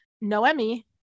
Noemi